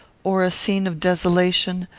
or a scene of desolation,